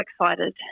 excited